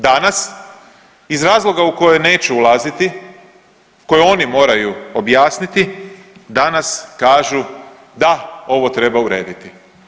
Danas iz razloga u koje neću ulaziti, koje oni moraju objasniti danas kažu da ovo treba urediti.